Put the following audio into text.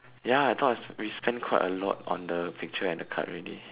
ya I thought I we spent quite a lot on the picture and the card already